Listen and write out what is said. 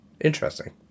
interesting